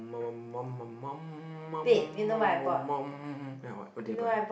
ya what what did you buy